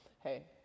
hey